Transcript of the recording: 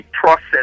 process